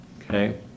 okay